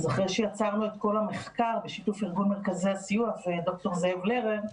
אז אחרי שיצרנו את כל המחקר בשיתוף ארגון מרכזי הסיוע וד"ר זאב לרר,